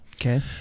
okay